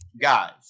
guys